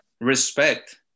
Respect